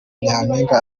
nyampinga